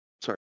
Sorry